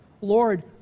Lord